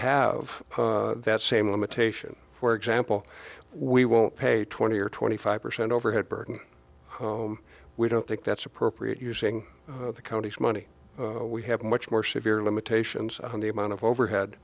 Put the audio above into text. have that same limitation for example we won't pay twenty or twenty five percent overhead burden we don't think that's appropriate using the county's money we have much more severe limitations on the amount of overhead